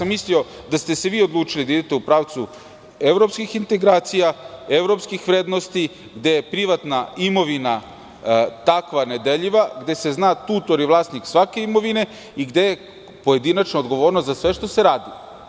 Mislio sam da ste se odlučili da idete u pravcu evropskih integracija, evropskih vrednosti, gde je privatna imovina takva, nedeljiva, gde se zna tutor i vlasnik svake imovine i gde je pojedinačna odgovornost za sve što se radi.